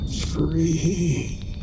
free